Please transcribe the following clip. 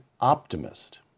optimist